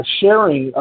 sharing